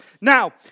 Now